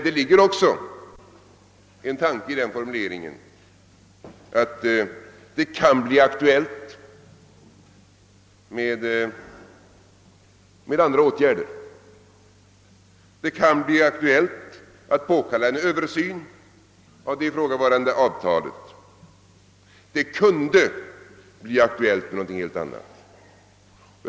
Det ligger också en tanke i .den formuleringen, att det kan bli ak tuellt med andra åtgärder. Det kan bli aktuellt att påkalla en översyn av det ifrågavarande avtalet. Det kan bli aktuellt med någonting helt annat.